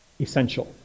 essential